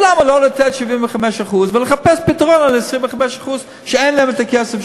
אז למה לא לתת ל-75% ולחפש פתרון ל-25% שאין להם הכסף,